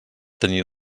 tenir